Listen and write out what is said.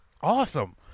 Awesome